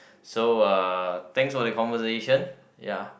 so uh thanks for the conversation ya